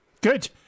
Good